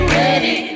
ready